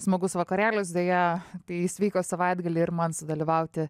smagus vakarėlis deja jis vyko savaitgalį ir man sudalyvauti